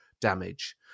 damage